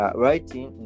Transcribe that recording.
writing